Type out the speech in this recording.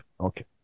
Okay